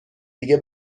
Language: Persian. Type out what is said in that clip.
دیگه